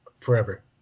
forever